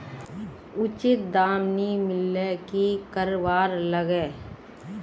उचित दाम नि मिलले की करवार लगे?